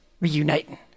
Reuniting